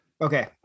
Okay